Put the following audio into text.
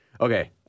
Okay